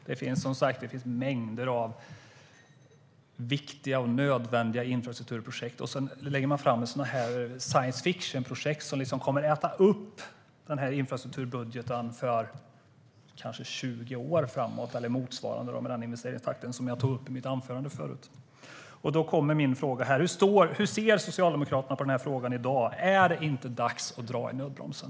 Det finns mängder av viktiga och nödvändiga infrastrukturprojekt, och så lägger man fram sådana här sciencefictionprojekt som kommer att äta upp infrastrukturbudgeten för motsvarande 20 år framöver, om vi utgår från den investeringstakt som jag beskrev i mitt anförande. Hur ser Socialdemokraterna på den här frågan i dag? Är det inte dags att dra i nödbromsen?